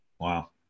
Wow